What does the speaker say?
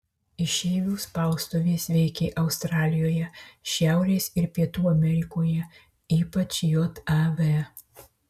išeivių spaustuvės veikė australijoje šiaurės ir pietų amerikoje ypač jav